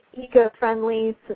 eco-friendly